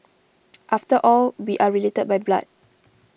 after all we are related by blood